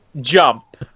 jump